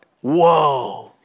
whoa